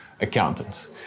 accountants